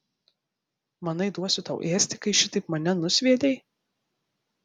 manai duosiu tau ėsti kai šitaip mane nusviedei